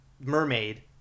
mermaid